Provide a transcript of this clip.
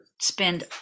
spend